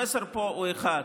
המסר פה הוא אחד: